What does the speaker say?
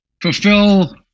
fulfill